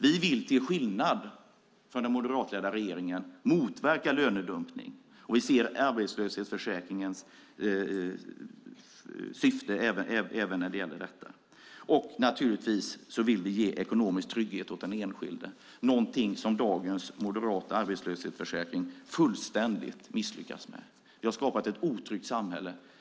Vi vill till skillnad från den moderatledda regeringen motverka lönedumpning, och vi ser arbetslöshetsförsäkringens syfte även i detta. Vi vill givetvis också ge ekonomisk trygghet åt den enskilde. Det är något som dagens moderata arbetslöshetsförsäkring fullständigt misslyckas med. Ni har skapat ett otryggt samhälle.